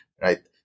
right